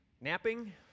Napping